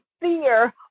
fear